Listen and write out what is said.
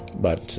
but,